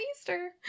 Easter